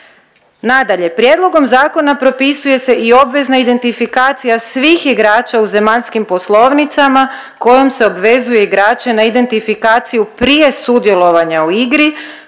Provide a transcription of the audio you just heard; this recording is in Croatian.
Nadalje, prijedlogom zakona propisuje se i obvezna identifikacija svih igrača u zemaljskim poslovnicama kojim se obvezuje igrače na identifikaciju prije sudjelovanja u igri